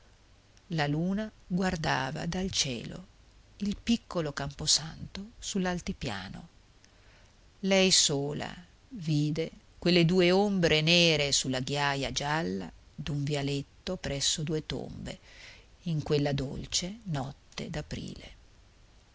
la luna guardava dal cielo il piccolo camposanto su l'altipiano lei sola vide quelle due ombre nere su la ghiaja gialla d'un vialetto presso due tombe in quella dolce notte